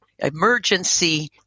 emergency